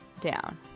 down